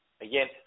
Again